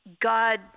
God